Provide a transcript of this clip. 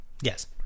Yes